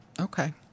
Okay